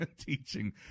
teaching